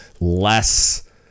less